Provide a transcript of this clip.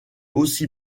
aussi